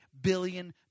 billion